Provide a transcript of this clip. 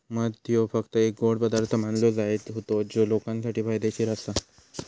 मध ह्यो फक्त एक गोड पदार्थ मानलो जायत होतो जो लोकांसाठी फायदेशीर आसा